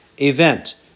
event